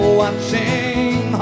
watching